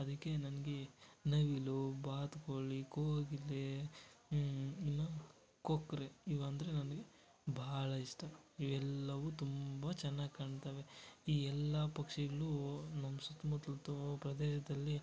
ಅದಕ್ಕೆ ನನಗೆ ನವಿಲು ಬಾತುಕೋಳಿ ಕೋಗಿಲೆ ಇನ್ನು ಕೊಕ್ಕರೆ ಇವು ಅಂದರೆ ನನಗೆ ಭಾಳ ಇಷ್ಟ ಇವೆಲ್ಲವು ತುಂಬ ಚೆನ್ನಾಗ್ ಕಾಣ್ತವೆ ಈ ಎಲ್ಲ ಪಕ್ಷಿಗಳು ನಮ್ಮ ಸುತ್ತಮುತ್ಲು ಪ್ರದೇಶದಲ್ಲಿ